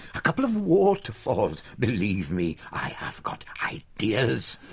a couple of waterfalls believe me, i've got ideas.